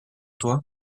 toi